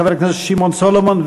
חבר הכנסת שמעון סולומון.